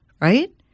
right